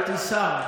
הייתי שר.